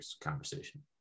conversation